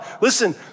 Listen